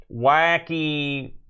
wacky